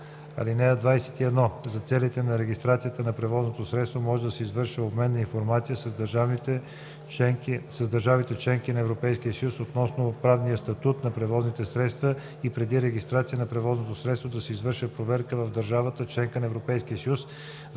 ал. 2. (21) За целите на регистрацията на превозните средства може да се извършва обмен на информация с държавите – членки на Европейския съюз, относно правния статут на превозните средства и преди регистрация на превозно средство – да се извършва проверка в държавата – членка на Европейския съюз,